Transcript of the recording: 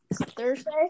Thursday